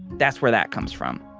that's where that comes from.